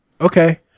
Okay